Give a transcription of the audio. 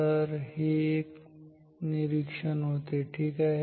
तर हे एक निरीक्षण होते ठीक आहे